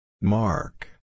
Mark